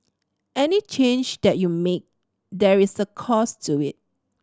any change that you make there is a cost to it